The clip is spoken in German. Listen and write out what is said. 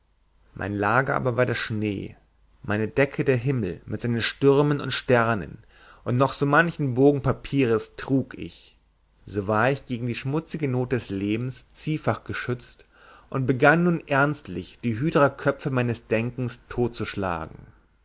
mein lager aber war der schnee meine decke der himmel mit seinen stürmen und sternen und noch manchen bogen papieres trug ich so war ich gegen die schmutzige not des lebens zwiefach geschützt und begann nun ernstlich die hydraköpfe meines denkens totzuschlagen